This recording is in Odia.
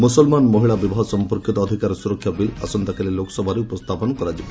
ମୁସଲମାନ ମହିଳା ବିବାହ ସମ୍ପର୍କୀତ ଅଧିକାର ସ୍ତରକ୍ଷା ବିଲ୍ ଆସନ୍ତାକାଲି ଲୋକସଭାରେ ଉପସ୍ଥାପନ କରାଯିବ